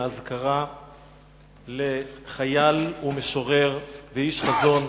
מאזכרה לחייל ומשורר ואיש חזון,